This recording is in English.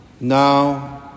now